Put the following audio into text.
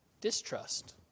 distrust